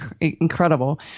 incredible